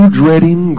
dreading